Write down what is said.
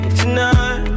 tonight